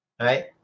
right